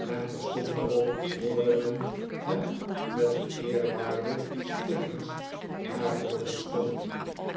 en terstond daarop hoorde men hem met den eerwaarden stiggins naar boven stommelen